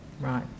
right